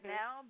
now